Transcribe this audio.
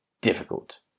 difficult